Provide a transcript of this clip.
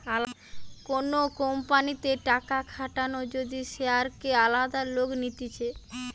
কোন কোম্পানিতে টাকা খাটানো যদি শেয়ারকে আলাদা লোক নিতেছে